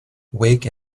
wake